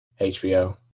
HBO